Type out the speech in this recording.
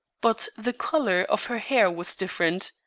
but the color of her hair was different.